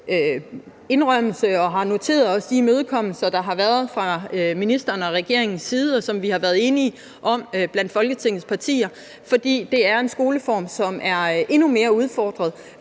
indrømmelse og har noteret os de imødekommelser, der har været fra ministeren og regeringens side, og som vi har været enige om blandt Folketingets partier. Det er en skoleform, som er endnu mere udfordret,